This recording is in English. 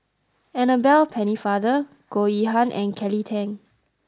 Annabel Pennefather Goh Yihan and Kelly Tang